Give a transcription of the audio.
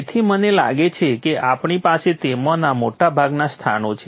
તેથી મને લાગે છે કે આપણી પાસે તેમાંના મોટા ભાગના સ્થાને છે